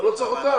אתה לא צריך אותם.